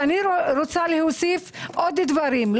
אני רוצה להוסיף עוד דברים.